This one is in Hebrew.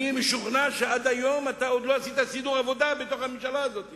אני משוכנע שעד היום אתה עוד לא עשית סידור עבודה בתוך הממשלה הזאת